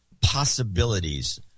possibilities